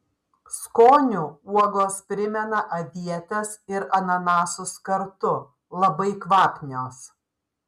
skoniu uogos primena avietes ir ananasus kartu labai kvapnios